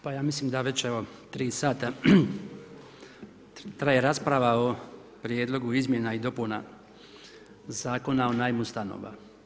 Pa ja mislim da već evo tri sata traje rasprava o prijedlogu izmjena i dopuna Zakona o najmu stanova.